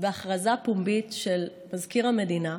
בהכרזה פומבית של מזכיר המדינה,